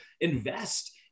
invest